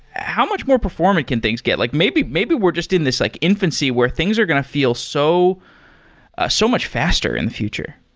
how much more performant can things get? like maybe maybe we're just in this like infancy, where things are going to feel so ah so much faster in the future